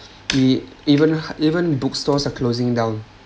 we even hard~ even bookstores are closing down